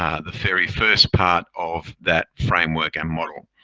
um the very first part of that framework and model.